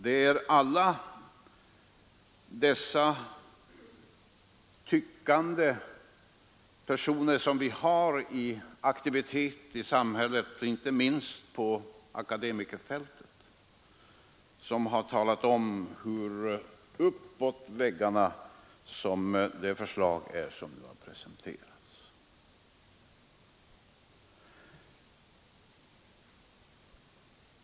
Det är dessa tyckande personer, inte minst på akademikerfältet, vilka är aktiva i vårt samhälle som har talat om hur uppåt väggarna det förslag är som nu har presenterats.